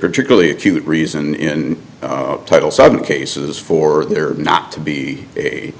particularly acute reason in title sudden cases for there not to be a